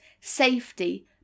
safety